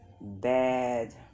bad